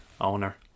owner